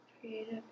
Creative